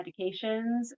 medications